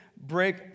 break